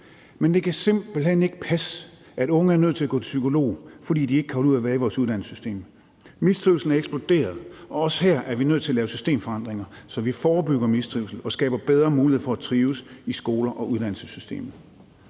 Men det kan simpelt hen ikke passe, at unge er nødt til at gå til psykolog, fordi de ikke kan holde ud at være i vores uddannelsessystem. Mistrivslen er eksploderet, og også her er vi nødt til at lave systemforandringer, så vi forebygger mistrivsel og skaber bedre mulighed for at trives i skoler og uddannelsessystemer.